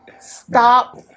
stop